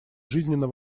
жизненно